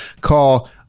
call